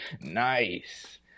Nice